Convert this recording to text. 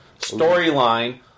storyline